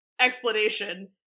explanation